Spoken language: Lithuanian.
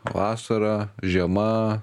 vasara žiema